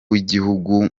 w’igihugu